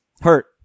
hurt